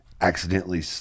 Accidentally